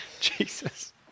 Jesus